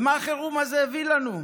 מה החירום הזה הביא לנו?